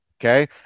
Okay